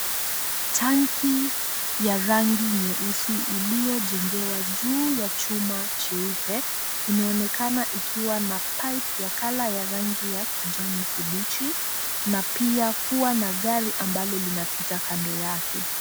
Tanki ya rangi jeusi iliyojengewa juu ya chuma cheupe inaonekana ikiwa na pipe ya colour ya kijani kibichi na pia kuwa na gari ambalo linapita kando yake.